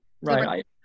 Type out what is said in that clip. Right